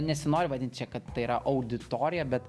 nesinori vadint čia kad tai yra auditorija bet